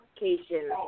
location